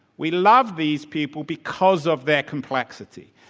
we love these people because of their complexity.